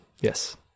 yes